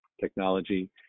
technology